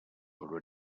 already